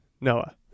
Noah